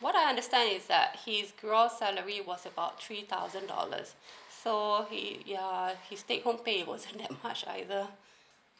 what I understand is that his gross salary was about three thousand dollars so he ya his take home pay was not that much either